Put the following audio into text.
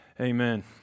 Amen